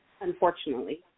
unfortunately